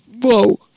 whoa